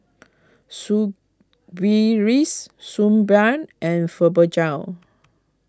Suu Balm and Fibogel